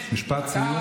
משפט סיום ואתה יורד.